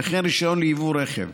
וכן רישיון ליבוא רכב,